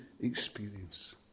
experience